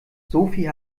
sophie